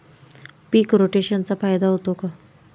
पीक रोटेशनचा फायदा होतो का?